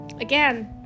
Again